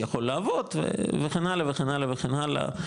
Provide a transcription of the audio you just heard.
יכול לעבוד וכן הלאה וכן הלאה וכן הלאה,